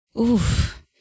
Oof